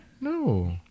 No